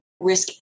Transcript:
risk